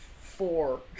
four